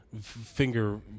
finger